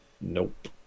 Nope